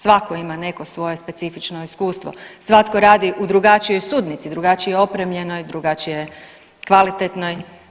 Svatko ima neko svoje specifično iskustvo, svatko radi u drugačijoj sudnici, drugačije opremljenoj, drugačije kvalitetnoj.